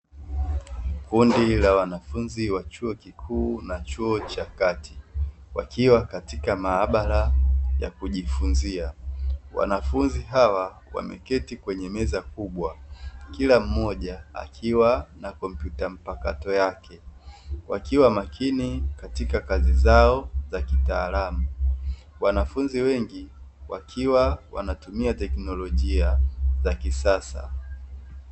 Kundi la wanafunzi wa chuo kikuu na chuo cha kati wakiwa katika mahabara ya kujifunzia wanafunzi hawa wameketi kwenye meza kubwa kila mmoja akiwa na kompyuta mpakato yake wakiwa makini katika kazi zao za kitaalamu wanafunzi wengi wakiwa wanatumia tekinolojia za kisasa.